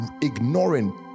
ignoring